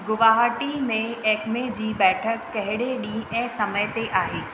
गुवाहाटी में एक्मे जी बैठक कहिड़े ॾींहं ऐं समय ते आहे